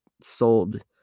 sold